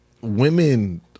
women